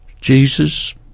Jesus